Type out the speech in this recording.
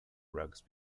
rugs